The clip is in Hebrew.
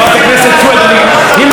אם את דורשת ממני,